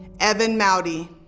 evan moudy.